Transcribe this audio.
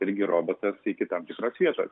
irgi robotas iki tam tikros vietos